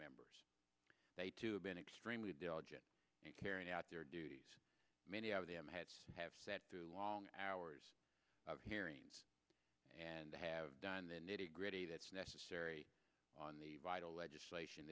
members they too have been extremely diligent in carrying out their duties many of them had have sat through long hours of hearings and have done the nitty gritty that's necessary on the vital legislation